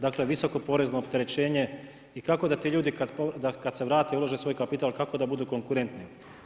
Dakle, visoko porezno opterećenje i kako ti ljudi kad se vrate ulaže svoj kapital, kako da budu konkurentni?